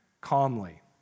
calmly